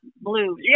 blue